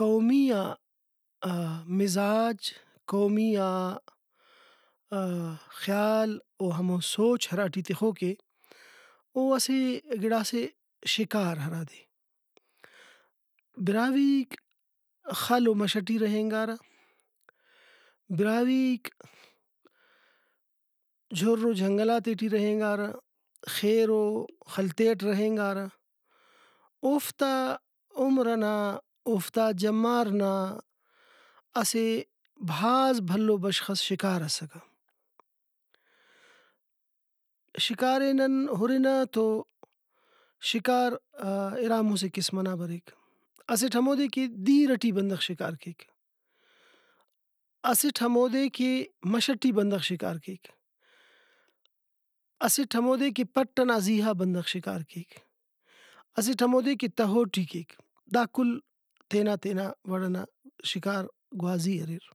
قومیئا مزاج قومیئا خیال ؤ ہمو سوچ ہراٹی تخوکے او اسہ گڑاسے شکار ہرادے براہوئیک خل ؤ مش ٹی رہینگارہ براہوئیک جُھر ؤ جنگلاتے ٹی رہینگارہ خیر ؤ خل تے اٹ رہینگارہ اوفتا عمر ئنا اوفتا جمار نا اسہ بھاز بھلو بشخس شکار اسکہ شکارے نن ہُرنہ تو شکار اِرا مُسہ قسم ئنا بریک اسٹ ہمودے کہ دِیر ٹی بندغ شکار کیک اسٹ ہمودے کہ مَش ٹی بندغ شکار کیک اسٹ ہمودے کہ پَٹ ئنا زیہا بندغ شکار کیک اسٹ ہمودے کہ تہو ٹی کیک دا کل تینا تینا وڑ ئنا شکار گوازی اریر